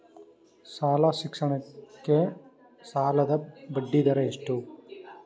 ಶಾಲಾ ಶಿಕ್ಷಣಕ್ಕೆ ಸಾಲದ ಬಡ್ಡಿದರ ಎಷ್ಟು?